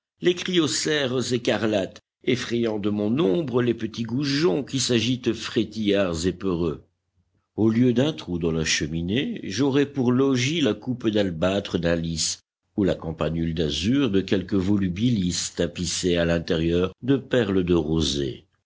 les criocères écarlates effrayant de mon ombre les petits goujons qui s'agitent frétillards et peureux au lieu d'un trou dans la cheminée j'aurais pour logis la coupe d'albâtre d'un lis ou la campanule d'azur de quelque volubilis tapissée à l'intérieur de perles de rosée